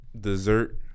Dessert